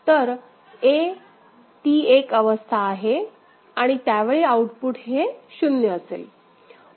तर a ती एक अवस्था आहे आणि त्यावेळी आउटपुट हे 0असेल